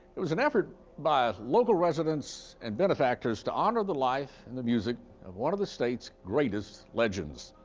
it was an effort by ah local residents and benefactors to honor the life and the music of one of the state's greatest legends.